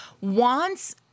wants